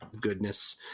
goodness